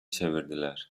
çevirdiler